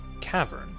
cavern